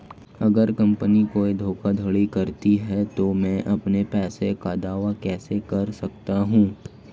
अगर कंपनी कोई धोखाधड़ी करती है तो मैं अपने पैसे का दावा कैसे कर सकता हूं?